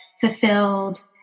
fulfilled